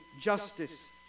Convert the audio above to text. justice